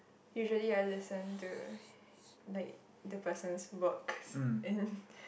usually I listen to like the person work in